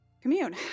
commune